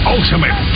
Ultimate